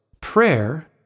prayer